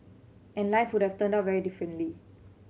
and life would have turned out very differently